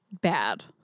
bad